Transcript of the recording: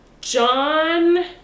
john